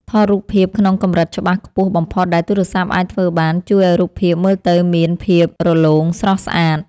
ថតរូបភាពក្នុងកម្រិតច្បាស់ខ្ពស់បំផុតដែលទូរស័ព្ទអាចធ្វើបានជួយឱ្យរូបភាពមើលទៅមានភាពរលោងស្រស់ស្អាត។